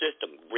system